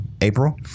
april